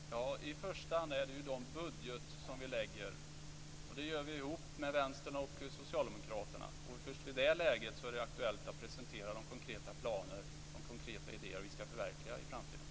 Fru talman! I första hand är det en budget som vi lägger. Det gör vi ihop med Vänstern och Socialdemokraterna. Först i det läget är det aktuellt att presentera de konkreta planer och idéer vi skall förverkliga i framtiden.